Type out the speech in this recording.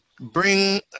bring